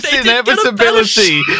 inevitability